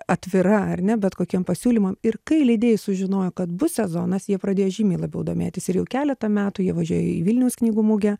atvira ar ne bet kokiem pasiūlymam ir kai leidėjai sužinojo kad bus sezonas jie pradės žymiai labiau domėtis ir jau keletą metų jie važiuoja į vilniaus knygų mugę